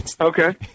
Okay